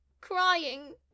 crying